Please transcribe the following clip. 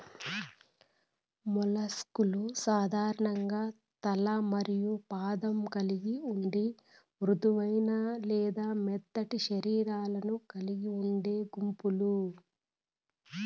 mollusc లు సాధారణంగా తల మరియు పాదం కలిగి ఉండి మృదువైన లేదా మెత్తటి శరీరాలను కలిగి ఉండే గుంపులు